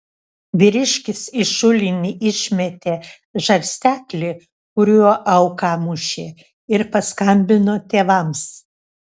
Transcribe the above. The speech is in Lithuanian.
vyriškis į šulinį išmetė žarsteklį kuriuo auką mušė ir paskambino tėvams